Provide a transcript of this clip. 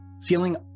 Feeling